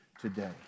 today